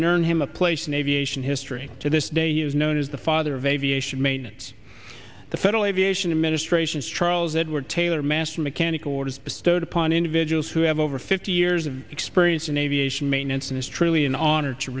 earned him a place in aviation history to this day he is known as the father of aviation maintenance the federal aviation administration's charles edward taylor master mechanic award is bestowed upon individuals who have over fifty years of experience in aviation maintenance and it's truly an honor to